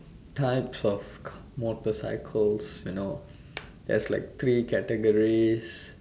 types of car motorcycles you know there's like three categories